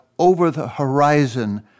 over-the-horizon